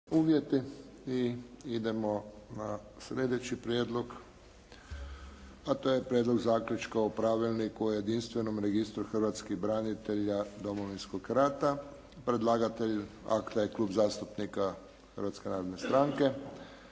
(HSS)** I idemo na sljedeći prijedlog, a to je - Prijedlog zaključka o Pravilniku o jedinstvenom registru hrvatskih branitelja Domovinskog rata – Predlagatelj: Klub zastupnika HNS-a Materijale